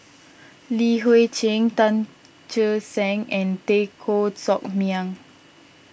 Li Hui Cheng Tan Che Sang and Teo Koh Sock Miang